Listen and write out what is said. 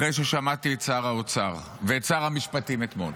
אחרי ששמעתי את שר האוצר ואת שר המשפטים אתמול.